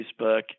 facebook